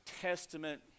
Testament